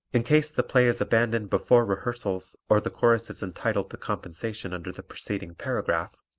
in case the play is abandoned before rehearsals or the chorus is entitled to compensation under the preceding paragraph,